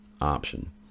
option